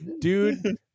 dude